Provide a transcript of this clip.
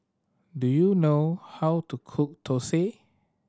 do you know how to cook Thosai